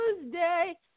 Tuesday